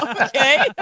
Okay